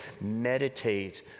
meditate